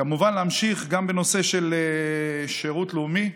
כמובן, להמשיך גם בנושא של שירות לאומי,